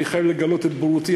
אני חייב לגלות את בורותי,